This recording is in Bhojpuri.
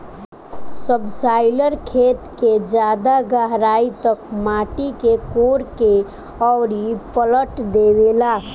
सबसॉइलर खेत के ज्यादा गहराई तक माटी के कोड़ के अउरी पलट देवेला